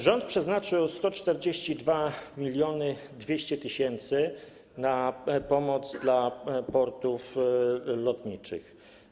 Rząd przeznaczył 142 200 tys. zł na pomoc dla portów lotniczych.